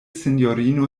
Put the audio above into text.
sinjorino